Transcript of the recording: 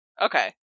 Okay